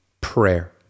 prayer